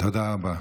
תודה רבה.